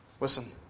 listen